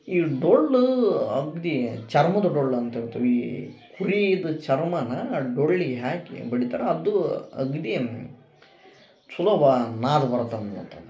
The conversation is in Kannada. ಈ ಡೊಳ್ಳು ಅಗ್ದಿ ಚರ್ಮದ ಡೊಳ್ಳು ಅಂತ ಇರ್ತವಿ ಈ ಕುರೀದು ಚರ್ಮನ ಡೊಳ್ಳಿಗೆ ಹಾಕಿ ಬಡಿತರ ಅದ್ದೂ ಅಗ್ಡಿಯಮ್ಮ ಸುಲಭಾ ನಾರು ಬರ್ತಾವ